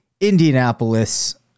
indianapolis